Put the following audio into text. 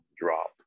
drop